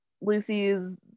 Lucy's